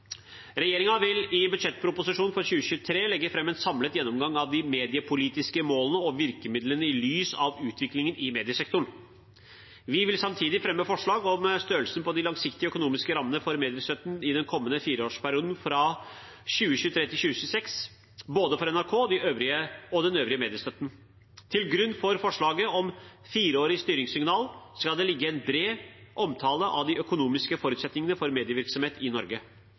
vil i budsjettproposisjonen for 2023 legge fram en samlet gjennomgang av de mediepolitiske målene og virkemidlene i lys av utviklingen i mediesektoren. Vi vil samtidig fremme forslag om størrelsen på de langsiktige, økonomiske rammene for mediestøtte i den kommende fireårsperioden fra 2023 til 2026, for både NRK og den øvrige mediestøtten. Til grunn for forslaget om fireårig styringssignal skal det ligge en bred omtale av de økonomiske forutsetningene for medievirksomhet i Norge.